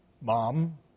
Mom